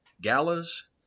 galas